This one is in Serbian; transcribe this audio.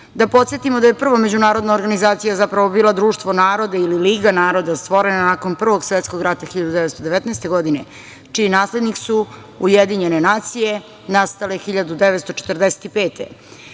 podsetimo da je prva međunarodna organizacija zapravo bila društvo naroda ili liga naroda stvorena nakon Prvog svetskog rata 1919. godine čiji naslednik su UN nastale 1945.